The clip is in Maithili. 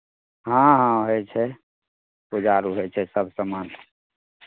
हँ हँ होइ छै पूजा आर होइ छै सभ सामान